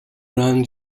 ran